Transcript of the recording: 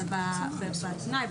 אבל בתנאי,